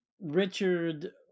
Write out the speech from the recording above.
Richard